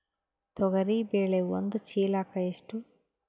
ತೊಗರಿ ಬೇಳೆ ಒಂದು ಚೀಲಕ ಎಷ್ಟು?